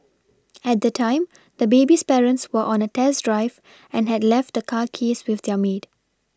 at the time the baby's parents were on a test drive and had left the car keys with their maid